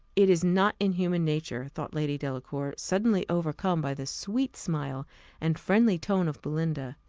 it is not in human nature, thought lady delacour, suddenly overcome by the sweet smile and friendly tone of belinda,